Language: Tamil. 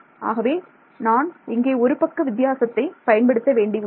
ஆகவே நான் இங்கே ஒரு பக்க வித்தியாசத்தை பயன்படுத்த வேண்டியுள்ளது